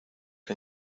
que